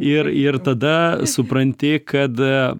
ir ir tada supranti kad